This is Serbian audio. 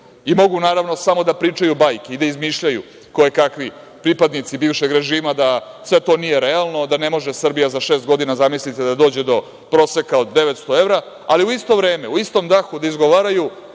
naravno samo da pričaju bajke i da izmišljaju kojekakvi pripadnici bivšeg režima da sve to nije realno, da ne može Srbija za šest godina, zamislite, da dođe do proseka od 900 evra, ali u isto vreme, u istom dahu da izgovaraju